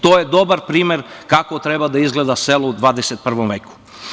To je dobar primer kako treba da izgleda selo u XXI veku.